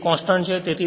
A એક constant છે